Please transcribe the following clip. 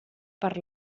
per